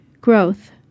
growth